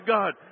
God